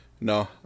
No